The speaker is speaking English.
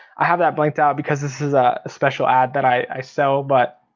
i have that blanked out because this is a special ad that i sell, but